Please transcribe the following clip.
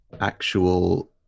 actual